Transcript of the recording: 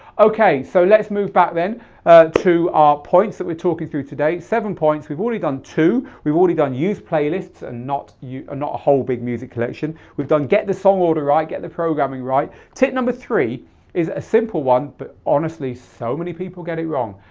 okay, so let's move back then to our points that we're talking through today. seven points, we've already done two. we've already done use playlists and not a whole big music collection. we've done get the song order right, get the programming right. tip number three is a simple one but honestly so many people get it wrong.